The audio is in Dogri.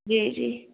जी जी